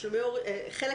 חלק